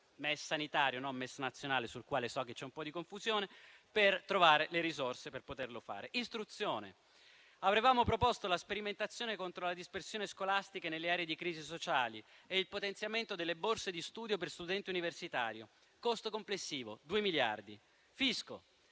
MES sanitario (non il MES nazionale, sul quale so che c'è un po' di confusione) per trovare le risorse per poterlo fare. Sull'istruzione, avevamo proposto la sperimentazione contro la dispersione scolastica nelle aree di crisi sociale e il potenziamento delle borse di studio per studenti universitari per un costo complessivo di due miliardi. Sul